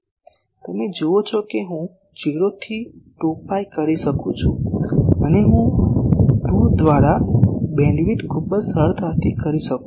તમે જુઓ છો કે હું 0 થી 2 પાઇ કરી શકું છું અને અહીં હું 2 દ્વારા બીમવિડ્થ ખૂબ જ સરળતાથી કરી શકું છું